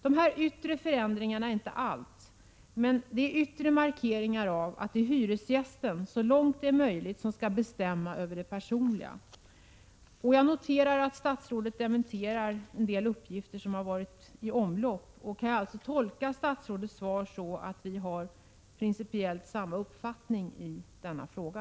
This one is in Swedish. De här yttre förändringarna är inte allt, men de är yttre markeringar av att det är hyresgästen som så långt det är möjligt själv skall bestämma över det personliga. Jag noterar att statsrådet dementerar en del uppgifter som har varit i omlopp. Kan jag alltså tolka statsrådets svar så att vi har principiellt samma uppfattning i denna fråga?